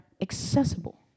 accessible